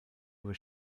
über